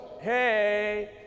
hey